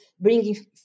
bringing